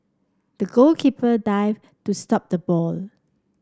the goalkeeper dived to stop the ball